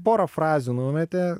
porą frazių numetė